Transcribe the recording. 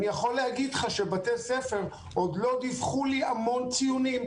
אני יכול להגיד לך שבתי ספר עוד לא דיווחו לי המון ציונים,